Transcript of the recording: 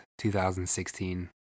2016